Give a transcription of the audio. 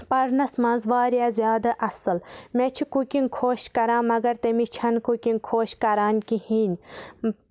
پَرنَس منٛز واریاہ زیادٕ اَصٕل مےٚ چھِ کُکِنگ خۄش کران مَگر تٔمِس چھنہٕ کُکِنگ خۄش کران کِہیٖنۍ